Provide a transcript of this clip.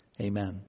Amen